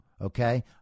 Okay